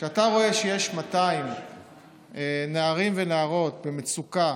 כשאתה רואה שיש 200 נערים ונערות במצוקה